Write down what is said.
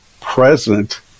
present